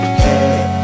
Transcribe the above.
hey